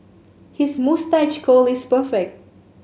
his moustache curl is perfect